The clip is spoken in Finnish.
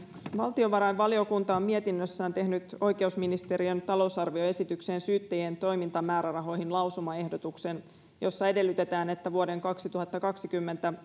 valtiovarainvaliokunta on mietinnössään tehnyt oikeusministeriön talousarvioesitykseen syyttäjien toimintamäärärahoihin lausumaehdotuksen jossa edellytetään että vuoden kaksituhattakaksikymmentä